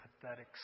pathetic